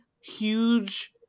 huge